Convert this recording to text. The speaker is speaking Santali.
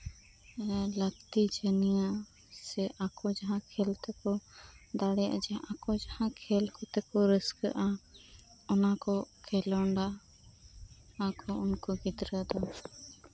ᱞᱟᱹᱠᱛᱤ ᱡᱤᱱᱤᱭᱟᱹ ᱥᱮ ᱟᱠᱚ ᱡᱟᱦᱟᱸ ᱠᱷᱮᱞ ᱛᱮᱠᱚ ᱫᱟᱲᱮᱭᱟᱜᱼᱟ ᱡᱮ ᱟᱠᱚ ᱡᱟᱦᱟᱸ ᱠᱷᱮᱞ ᱠᱚᱛᱮ ᱠᱚ ᱨᱟᱹᱥᱠᱟᱹᱜᱼᱟ ᱚᱱᱟᱠᱚ ᱠᱷᱮᱸᱞᱳᱰᱟ ᱚᱱᱟᱠᱚ ᱩᱱᱠᱩ ᱜᱤᱫᱽᱨᱟᱹ ᱫᱚ